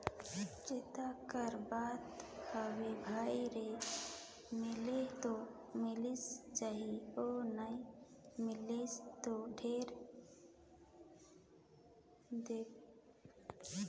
चिंता कर बात हवे भई रे मिलही त मिलिस जाही अउ नई मिलिस त ढेरे दिक्कत मे फंयस जाहूँ